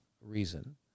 reason